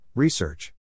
Research